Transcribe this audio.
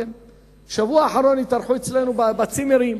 בשבוע האחרון התארחו אצלנו בצימרים